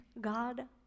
God